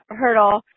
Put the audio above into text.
hurdle